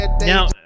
Now